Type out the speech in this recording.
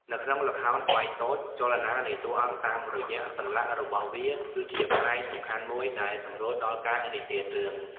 នៅក្នុងល្ខោនស្បែកតូច ចលនានៃតួអង្គតាមរយៈសន្លាក់របស់វា គឺជាផ្នែកសំខាន់មួយដែលសម្រួលដល់ការនិទានរឿង។